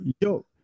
yo